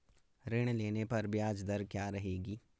ऋण लेने पर ब्याज दर क्या रहेगी?